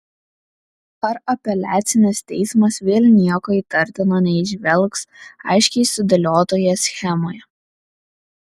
ar apeliacinis teismas vėl nieko įtartino neįžvelgs aiškiai sudėliotoje schemoje